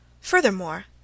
Furthermore